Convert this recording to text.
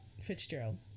Fitzgerald